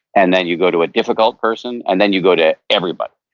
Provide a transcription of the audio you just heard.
and then you go to a difficult person, and then you go to everyone.